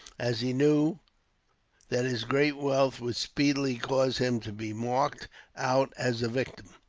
as he knew that his great wealth would speedily cause him to be marked out as a victim.